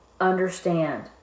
understand